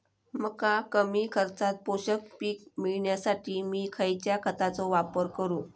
मका कमी खर्चात पोषक पीक मिळण्यासाठी मी खैयच्या खतांचो वापर करू?